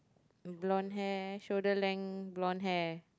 blonde hair shoulder length blonde hair